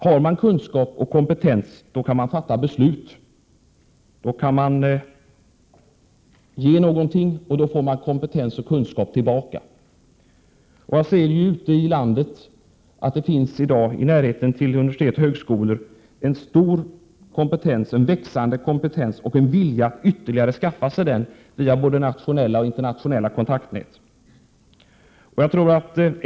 Har man kunskap och kompetens då kan man fatta beslut, då kan man ge någonting, då får man kunskap och kompetens tillbaka. Det finns ju i dag i närheten av universitet och högskolor ute i landet en stor och växande kompetens och en vilja att skaffa sig ytterligare kompetens via både nationella och internationella kontaktnät.